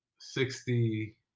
sixty